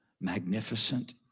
magnificent